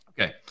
Okay